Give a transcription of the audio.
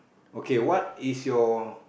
okay what is your